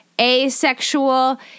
asexual